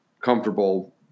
comfortable